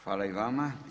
Hvala i vama.